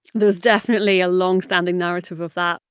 there's definitely a longstanding narrative of that.